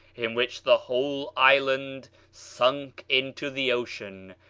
in which the whole island sunk into the ocean,